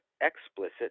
explicit